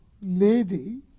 lady